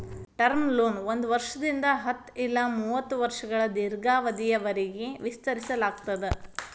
term ಲೋನ ಒಂದ್ ವರ್ಷದಿಂದ ಹತ್ತ ಇಲ್ಲಾ ಮೂವತ್ತ ವರ್ಷಗಳ ದೇರ್ಘಾವಧಿಯವರಿಗಿ ವಿಸ್ತರಿಸಲಾಗ್ತದ